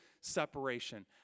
separation